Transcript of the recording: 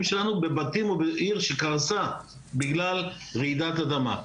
שלנו בבתים ובעיר שקרסה בגלל רעידת אדמה.